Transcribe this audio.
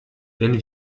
wenn